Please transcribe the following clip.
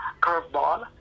curveball